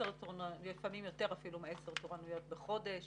לפעמים יותר מעשר תורנויות בחודש